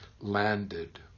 landed